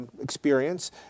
experience